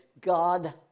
God